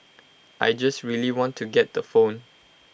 I just really want to get the phone